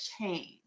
change